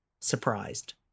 surprised